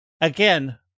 again